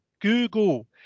Google